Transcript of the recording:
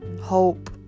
hope